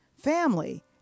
family